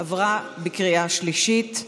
עברה בקריאה שלישית.